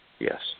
Yes